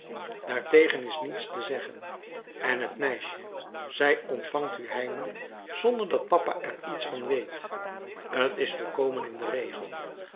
daartegen is niets te zeggen en het meisje zij ontvangt u heimelijk zonder dat papa er iets van weet t is volkomen in den regel